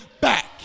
back